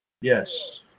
Yes